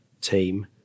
team